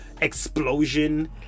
explosion